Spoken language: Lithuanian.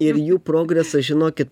ir jų progresas žinokit